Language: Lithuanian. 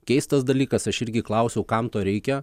keistas dalykas aš irgi klausiau kam to reikia